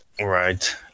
Right